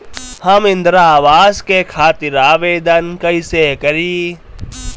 हम इंद्रा अवास के खातिर आवेदन कइसे करी?